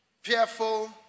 fearful